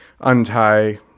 untie